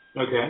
Okay